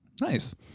nice